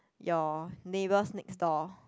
your neighbours next door